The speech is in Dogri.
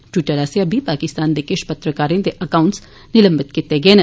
ट्वीटर आस्सेआ बी पाकिस्तान दे किश पत्रकारें दे अकाउंट्स निलंबित कीते गे न